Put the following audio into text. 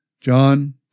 John